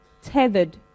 tethered